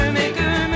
maker